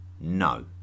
no